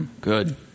Good